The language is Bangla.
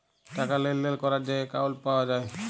টাকা লেলদেল ক্যরার যে একাউল্ট পাউয়া যায়